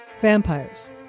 Vampires